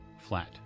flat